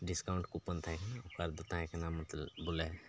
discount coupon ᱛᱟᱦᱮᱸ ᱠᱟᱱᱟ offer ᱫᱚ ᱛᱟᱦᱮᱸ ᱠᱟᱱᱟ ᱵᱚᱞᱮ